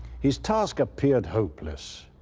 his task appeared hopeless.